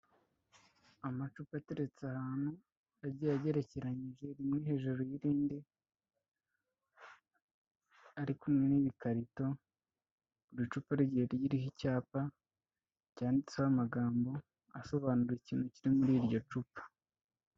Amacupa ateretse ahantu, agiye agerekeranyije rimwe riri hejuru y'irindi, ari kumwe n'ibikarito, buri cupa rigiye ririho icyapa cyanditseho amagambo asobanura ikintu kiri muri iryo cupa.